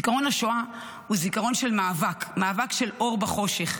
זיכרון השואה הוא זיכרון של מאבק: מאבק של אור בחושך,